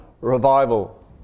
revival